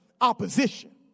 opposition